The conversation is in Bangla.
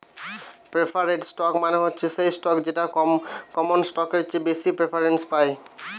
প্রেফারেড স্টক মানে হচ্ছে সেই স্টক যেটা কমন স্টকের চেয়ে বেশি প্রেফারেন্স পায়